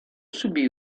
subì